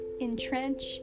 Entrench